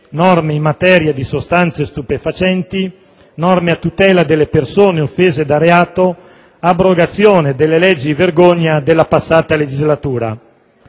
norme in materia di sostanze stupefacenti, norme a tutela delle persone offese da reato e abrogazione delle leggi vergogna della passata legislatura.